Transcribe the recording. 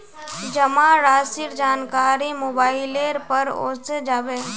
जमा राशिर जानकारी मोबाइलेर पर ओसे जाबे